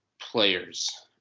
players